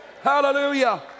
Hallelujah